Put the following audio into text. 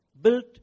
built